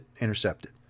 intercepted